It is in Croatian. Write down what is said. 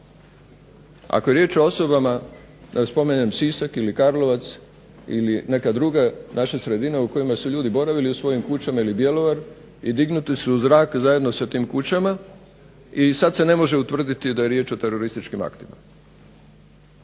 Ako je riječ o osobama da spomenem Sisak ili Karlovac ili neke naše druge sredine u kojima su ljudi boravili u svojim kućama ili Bjelovar i dignuti su u zrak zajedno sa tim kućama, i sada se ne može utvrditi da je riječ o terorističkim aktima.